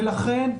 לכן,